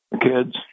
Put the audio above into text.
kids